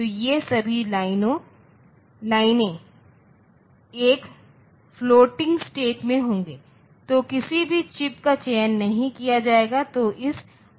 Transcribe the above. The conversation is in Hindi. तो ये सभी लाइनें एक फ्लोटिंग स्टेट में होंगी तो किसी भी चिप का चयन नहीं किया जाएगा